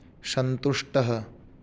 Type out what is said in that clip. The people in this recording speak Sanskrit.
सन्तुष्टः